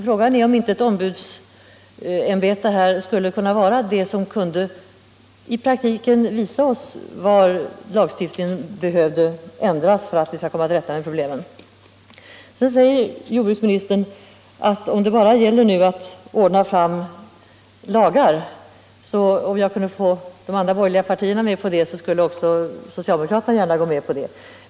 Frågan är om inte ett ombudsmannaämbete här i praktiken skulle kunna visa oss hur lagstiftningen behöver ändras för att vi skall komma till rätta med problemen. Sedan säger jordbruksministern att om det nu bara gäller att ordna fram lagar så skulle, om jag kunde få de andra borgerliga partierna med mig, också socialdemokraterna vara beredda att medverka till det.